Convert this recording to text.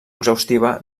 exhaustiva